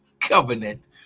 covenant